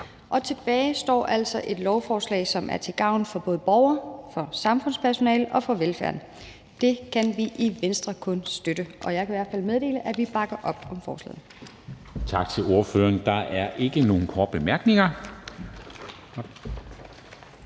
og tilbage står altså et lovforslag, som er til gavn for både borgere, sundhedspersonale og velfærden. Det kan vi i Venstre kun støtte, og jeg kan i hvert fald meddele, at vi bakker op om forslaget.